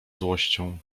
złością